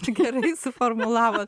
čia gerai suformulavot